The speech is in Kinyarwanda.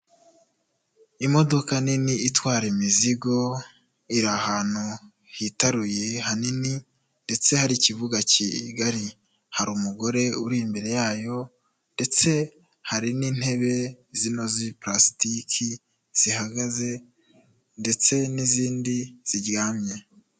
Imodoka nini itwara imizigo iri ahantu hitaruye hanini ndetse hari ikibuga kigari hari umugore uri imbere yayo ndetse hari n'intebe zino za parasitike zihagaze ndetse n'izindi ziryamye.